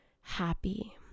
happy